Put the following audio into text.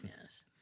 yes